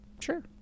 sure